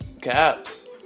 Caps